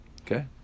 Okay